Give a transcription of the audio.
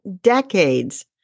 decades